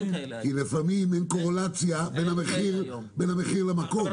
לפעמים אין קורלציה בין המחיר למקום.